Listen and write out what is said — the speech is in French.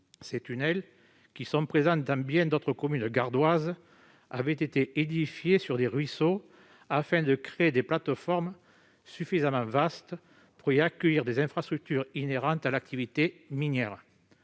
Ces tunnels, qui sont présents dans bien d'autres communes gardoises, avaient été édifiés sur des ruisseaux afin de créer des plateformes suffisamment vastes pour y accueillir des infrastructures inhérentes à l'activité minière.